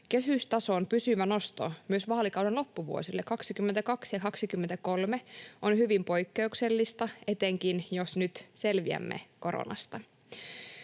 kehystason pysyvä nosto myös vaalikauden loppuvuosille 22 ja 23 on hyvin poikkeuksellista, etenkin jos nyt selviämme koronasta.